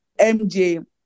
MJ